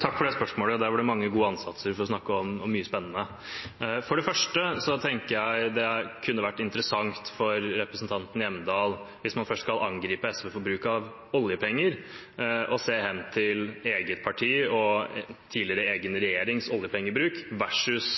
Takk for det spørsmålet. Der var det mange gode ansatser for å snakke om mye spennende. For det første tenker jeg det kunne vært interessant for representanten Hjemdal, hvis man først skal angripe SV for bruk av oljepenger, å se hen til eget parti og tidligere egen regjerings oljepengebruk versus